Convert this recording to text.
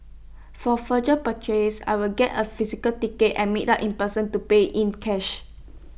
for future purchases I will get A physical ticket and meet up in person to pay in cash